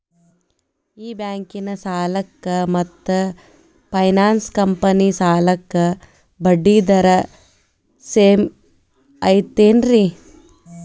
ಈ ಬ್ಯಾಂಕಿನ ಸಾಲಕ್ಕ ಮತ್ತ ಫೈನಾನ್ಸ್ ಕಂಪನಿ ಸಾಲಕ್ಕ ಬಡ್ಡಿ ದರ ಸೇಮ್ ಐತೇನ್ರೇ?